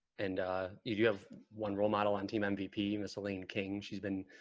and you have one role model on team and mvp, mrs. elaine king. she's been.